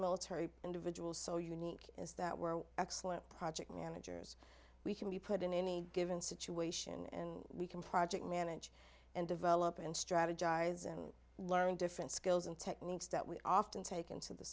military individual so unique is that we're excellent project managers we can be put in any given situation and we can project manage and develop and strategize and learn different skills and techniques that we often take into the